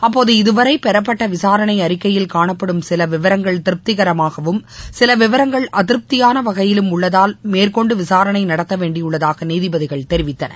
அப்போது இதுவரைபெறப்பட்டவிசாரணைஅறிக்கையில் காணப்படும் சிலவிபரங்கள் திருப்திகரமாகவும் சிலவிபரங்கள் அதிருப்தியானவகையிலும் உள்ளதால் மேற்கொண்டுவிசாரணைநடத்தவேண்டியுள்ளதாகநீதிபதிகள் தெரிவித்தனர்